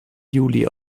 juli